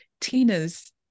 Tina's